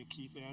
Keith